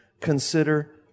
consider